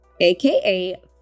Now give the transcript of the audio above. aka